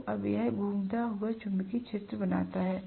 तो अब यह घूमता चुंबकीय क्षेत्र बनाता है